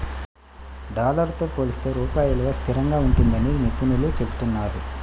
dollar తో పోలిస్తే రూపాయి విలువ స్థిరంగా ఉంటుందని నిపుణులు చెబుతున్నారు